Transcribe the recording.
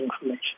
information